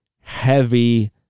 heavy